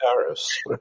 Paris